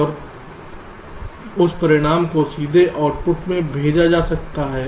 और उस परिणाम को सीधे आउटपुट में भेजा जा सकता है